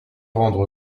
rendre